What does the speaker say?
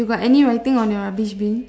you got any writing on your rubbish bin